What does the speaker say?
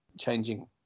changing